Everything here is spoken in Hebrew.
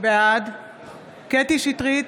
בעד קטי קטרין שטרית,